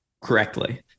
correctly